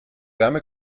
wärme